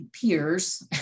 peers